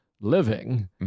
living